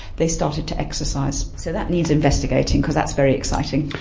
they started to exercise. so that needs investigating because that's very exciting.